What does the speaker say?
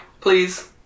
please